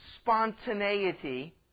spontaneity